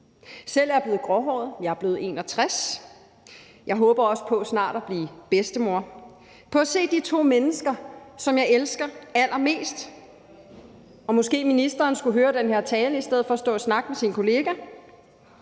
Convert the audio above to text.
Selv er jeg blevet gråhåret, jeg er blevet 61, og jeg håber også snart på at blive bedstemor. Måske ministeren skulle høre den her tale i stedet for at stå og snakke med sin kollega.